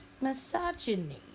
misogyny